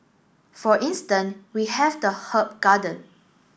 for instance we have the herb garden